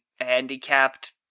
handicapped